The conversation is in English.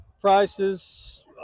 Prices